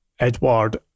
Edward